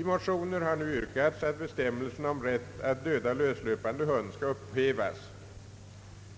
I motioner har nu yrkats att bestämmelsen om rätt att döda löslöpande hund skall upphävas.